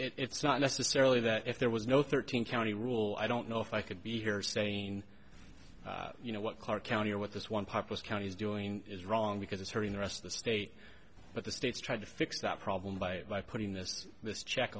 it's not necessarily that if there was no thirteen county rule i don't know if i could be here saying you know what clark county or what this one populous counties doing is wrong because it's hurting the rest of the state but the states tried to fix that problem by by putting this this check